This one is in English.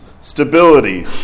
stability